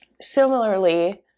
Similarly